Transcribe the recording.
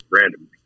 randomly